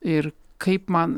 ir kaip man